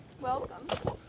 Welcome